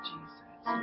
Jesus